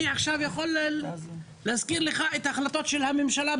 אני יכול להזכיר לך החלטות ממשלה.